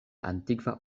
antikva